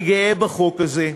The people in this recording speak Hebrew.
אני גאה בחוק הזה,